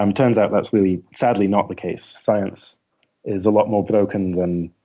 um turns out that's really sadly not the case. science is a lot more broken than